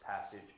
passage